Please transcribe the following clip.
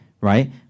right